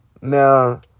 Now